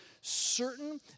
Certain